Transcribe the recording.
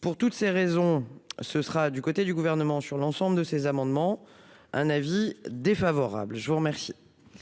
pour toutes ces raisons, ce sera du côté du gouvernement sur l'ensemble de ces amendements, un avis défavorable je vous remercie.